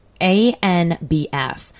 ANBF